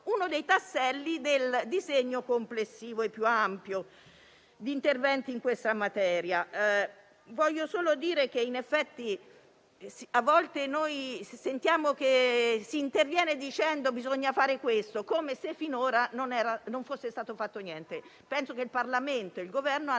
uno dei tasselli del disegno complessivo e più ampio di interventi in questa materia. Voglio solo dire che in effetti a volte sentiamo che si interviene dicendo cosa bisogna fare, come se finora non fosse stato fatto niente. Penso invece che il Parlamento e il Governo abbiano